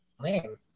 name